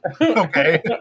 Okay